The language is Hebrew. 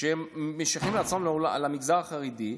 שהם משייכים את עצמם למגזר החרדי,